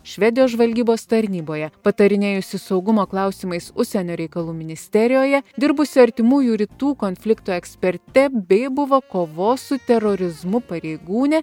švedijos žvalgybos tarnyboje patarinėjusi saugumo klausimais užsienio reikalų ministerijoje dirbusi artimųjų rytų konfliktų eksperte bei buvo kovos su terorizmu pareigūnė